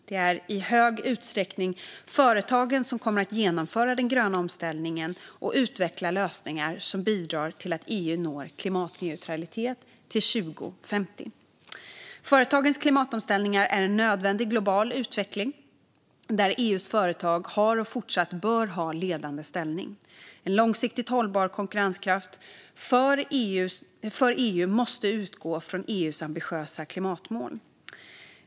Det är i stor utsträckning företagen som kommer att genomföra den gröna omställningen och utveckla lösningar som bidrar till att EU når klimatneutralitet till 2050. Företagens klimatomställning är en nödvändig global utveckling, där EU:s företag har och fortsatt bör ha en ledande ställning. En långsiktigt hållbar konkurrenskraft för EU måste utgå från EU:s ambitiösa klimatmål.